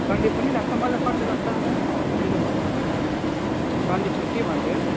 Sunday पनि लाग्छ मलाई सन्डे लाग्छ भनेर त त्यसले भनेको थिएन सन्डे छुट्टी भन्थ्यो